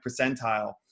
percentile